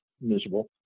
miserable